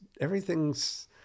everything's